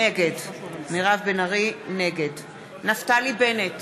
נגד נפתלי בנט,